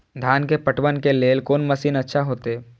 धान के पटवन के लेल कोन मशीन अच्छा होते?